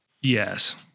Yes